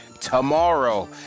tomorrow